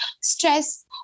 stress